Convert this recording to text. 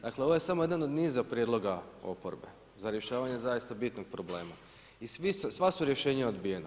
Dakle, ovo je samo jedan od niza prijedloga oporbe za rješavanje zaista bitnog problema i sva su rješenja odbijena.